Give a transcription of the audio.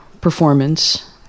performance